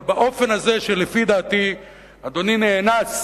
אבל באופן הזה, שלפי דעתי אדוני נאנס